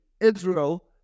Israel